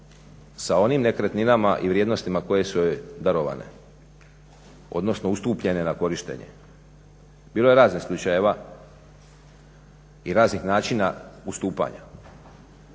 sa onim nekretninama i vrijednostima koje su joj darovane odnosno ustupljene na korištenje. Bilo je raznih slučajeva i raznih načina ustupanja.